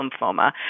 lymphoma